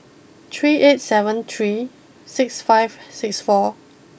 three eight seven three six five six four